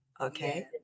okay